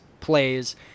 plays